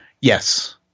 yes